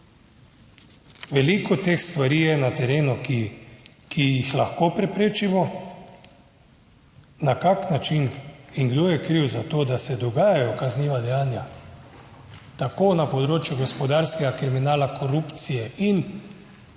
Veliko teh stvari je na terenu, ki jih lahko preprečimo. Na kakšen način in kdo je kriv za to, da se dogajajo kazniva dejanja, tako na področju gospodarskega kriminala, korupcije in